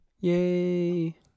Yay